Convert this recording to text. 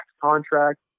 contract